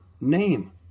name